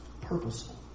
purposeful